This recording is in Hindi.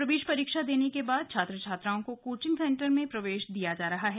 प्रवेश परीक्षा देने के बाद छात्र छात्राओं को कोचिंग सेंटर में प्रवेश दिया जा रहा है